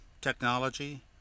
technology